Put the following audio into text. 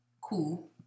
Cool